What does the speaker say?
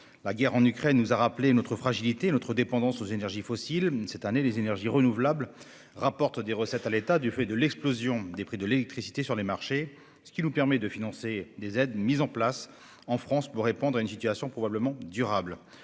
La guerre en Ukraine nous a rappelé notre fragilité et notre dépendance aux énergies fossiles. Cette année, les énergies renouvelables rapportent des recettes à l'État du fait de l'explosion des prix de l'électricité sur les marchés, ce qui nous permet de financer les aides mises en place en France pour répondre à une situation probablement durable